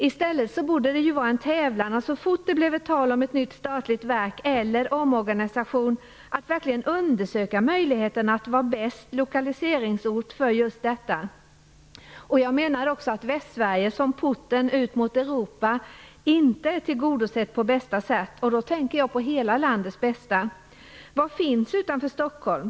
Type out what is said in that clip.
I stället borde det så snart det blir fråga om ett nytt statligt verk eller en verksomorganisation få bli en tävlan om att verkligen hålla fram möjligheterna som den bästa lokaliseringsorten för verket. Jag menar också att Västsverige som porten ut mot Europa inte är tillgodosett på bästa sätt. Jag tänker då på hela landets bästa. Vilka statliga verk finns utanför Stockholm?